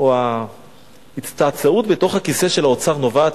או ההצטעצעות בתוך הכיסא של האוצר נובעת